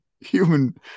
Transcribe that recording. human